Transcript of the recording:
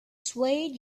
swayed